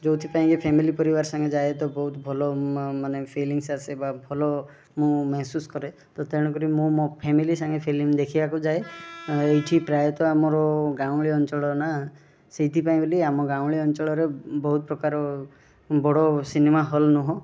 ଯୋଉଁଥି ପାଇଁକି ଫ୍ୟାମିଲି ପରିବାର ସାଙ୍ଗେ ଯାଏ ବହୁତ ଭଲ ମାନେ ଫିଲିଙ୍ଗସ୍ ଆସେ ବା ଭଲ ମୁଁ ମେହସୁସ୍ କରେ ତ ତେଣୁ କରି ମୁଁ ମୋ ଫ୍ୟାମିଲି ସାଙ୍ଗେ ଫିଲ୍ମ ଦେଖିବାକୁ ଯାଏ ଏଇଠି ପ୍ରାୟତଃ ଆମର ଗାଉଁଲି ଅଞ୍ଚଳ ନା ସେଇଥିପାଇଁ ବୋଲି ଆମ ଗାଉଁଲି ଅଞ୍ଚଳ ପ୍ରକାର ବହୁତ ବଡ଼ ସିନେମା ହଲ୍ ନୁହଁ